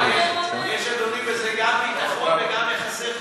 אדוני, יש בזה גם ביטחון וגם יחסי חוץ.